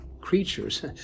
creatures